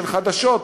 של חדשות,